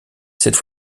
cette